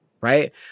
right